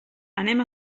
anem